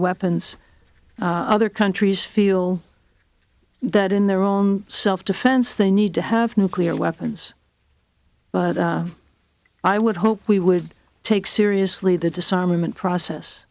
weapons other countries feel that in their own self defense they need to have nuclear weapons but i would hope we would take seriously the disarmament